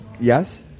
Yes